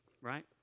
right